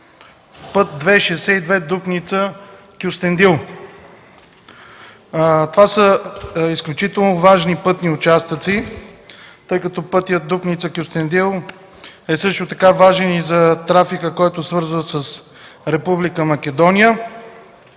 Път ІІ 62 „Дупница – Кюстендил”. Това са изключително важни пътни участъци. Пътят Дупница – Кюстендил е също така важен и за трафика, който свързва с Република Македония,